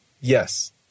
Yes